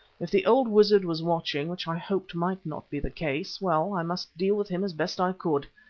if the old wizard was watching, which i hoped might not be the case, well, i must deal with him as best i could.